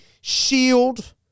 shield